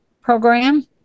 program